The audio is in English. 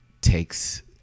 takes